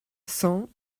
cent